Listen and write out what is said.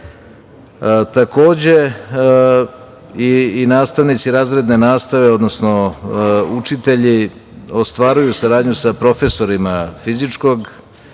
i nastavnici razredne nastave, odnosno učitelji ostvaruju saradnju sa profesorima fizičkog,